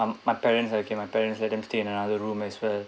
um my parents okay can my parents let them stay in another room as well